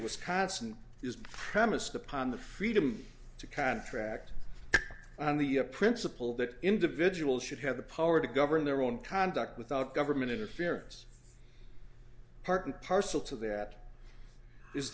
wisconsin is premised upon the freedom to contract on the a principle that individuals should have the power to govern their own conduct without government interference part and parcel to that is